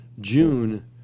June